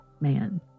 man